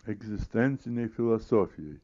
egzistencinėj filosofijoj